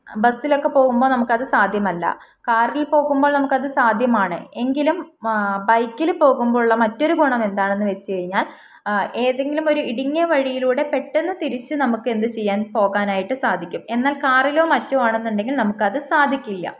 ബസ്സിലൊക്കെ പോകുമ്പോൾ നമുക്കത് സാധ്യമല്ല കാറിൽ പോകുമ്പോൾ നമുക്കത് സാധ്യമാണ് എങ്കിലും ബൈക്കിൽ പോകുമ്പോഴുള്ള മറ്റൊരു ഗുണം എന്താണെന്ന് വച്ചുകഴിഞ്ഞാൽ ഏതെങ്കിലും ഒരു ഇടുങ്ങിയ വഴിയിലൂടെ പെട്ടെന്ന് തിരിച്ച് നമുക്ക് എന്തു ചെയ്യാൻ പോകാനായിട്ട് സാധിക്കും എന്നാൽ കാറിലോ മറ്റോ ആണെന്നുണ്ടെങ്കിൽ നമുക്കത് സാധിക്കില്ല